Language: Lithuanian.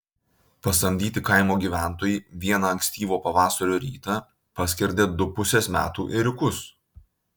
pasamdyti kaimo gyventojai vieną ankstyvo pavasario rytą paskerdė du pusės metų ėriukus